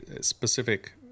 specific